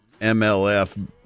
MLF